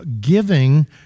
giving